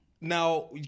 now